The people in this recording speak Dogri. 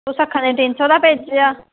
तुस आक्खा ने तिन सौ दा भेजेआ